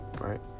right